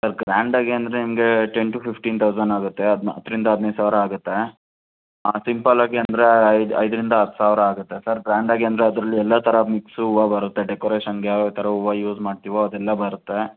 sir ಗ್ರ್ಯಾಂಡಾಗಿ ಅಂದರೆ ನಿಮಗೆ ಟೆನ್ ಟು ಫಿಫ್ಟೀನ್ ತೌಸಂಡ್ ಆಗುತ್ತೆ ಹತ್ತರಿಂದ ಹದಿನೈದು ಸಾವಿರ ಆಗುತ್ತೆ ಸಿಂಪಲ್ಲಾಗಿ ಅಂದರೆ ಐದರಿಂದ ಹತ್ತು ಸಾವಿರ ಆಗುತ್ತೆ ಸರ್ ಗ್ರ್ಯಾಂಡಾಗಿ ಅಂದರೆ ಅದರಲ್ಲಿ ಎಲ್ಲ ಥರ ಮಿಕ್ಸ್ ಹೂವ ಬರುತ್ತೆ ಡೆಕೋರೇಷನ್ನಿಗೆ ಯಾವ ಯಾವ ಥರ ಹೂವ ಯೂಸ್ ಮಾಡ್ತೀವೊ ಅದೆಲ್ಲ ಬರುತ್ತೆ